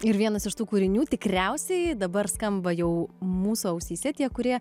ir vienas iš tų kūrinių tikriausiai dabar skamba jau mūsų ausyse tie kurie